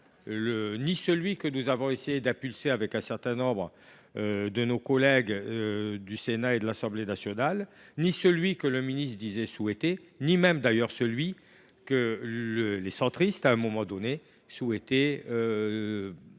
ni celui que nous avons essayé de faire prévaloir avec un certain nombre de nos collègues du Sénat et de l’Assemblée nationale, ni celui que le ministre disait souhaiter, ni même d’ailleurs celui que les centristes souhaitaient, à un